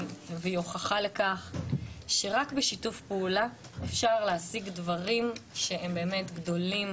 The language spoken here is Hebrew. והיא הוכחה לכך שרק בשיתוף פעולה אפשר להשיג דברים באמת גדולים,